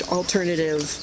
alternative